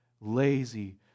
lazy